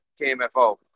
KMFO